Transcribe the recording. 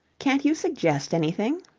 can't you suggest anything?